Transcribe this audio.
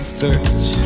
search